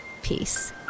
Peace